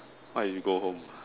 what you go home